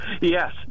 Yes